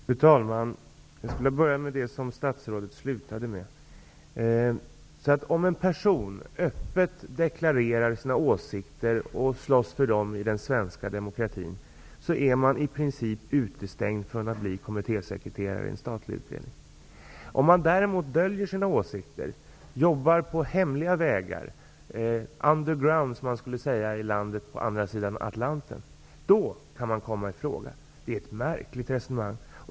Fru talman! Jag vill börja med det som statsrådet avslutade med. Om en person öppet deklarerat sina åsikter och slåss för dem i den svenska demokratin, är han i princip utestängd från att bli kommittésekreterare i en statlig utredning. Om en person däremot döljer sina åsikter och jobbar på hemliga vägar -- ''underground'', som man skulle i säga i landet på andra sidan Atlanten --, då kan han komma ifråga. Det är ett märkligt resonemang.